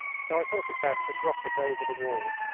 so i thought it best to drop it over the wall.